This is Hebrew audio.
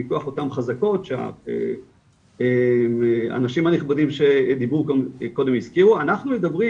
מכוח אותם חזקות - שהאנשים הנכבדים שדיברו קודם הזכירו - אנחנו מדברים